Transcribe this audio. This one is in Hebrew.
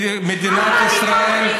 מדינת ישראל,